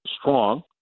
strong